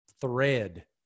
thread